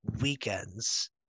weekends